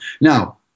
Now